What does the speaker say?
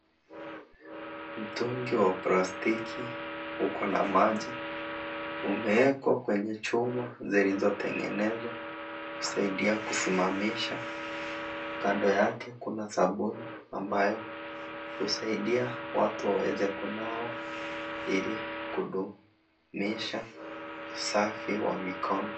Mtungi wa plastiki ukona maji. Umeekwa kwenye chuma zilizotengenezwa kusaidia kusimamisha. Kando yake kuna sabuni ambayo husaidia watu waweze kunawa ili kudumisha usafi wa mikono.